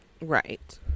right